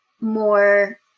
more